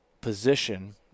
position